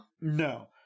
No